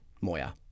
Moya